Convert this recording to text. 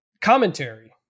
commentary